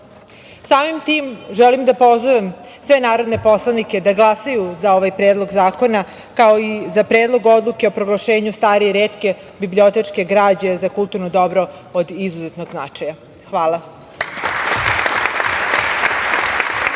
tim želim da pozovem sve narodne poslanike da glasaju za ovaj predlog zakona, kao i za Predlog odluke o proglašenju stare i retke bibliotečke građe za kulturno dobro od izuzetnog značaja. Hvala.